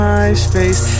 MySpace